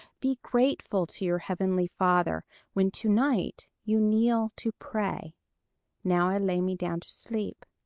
be grateful to your heavenly father when to-night you kneel to pray now i lay me down to sleep.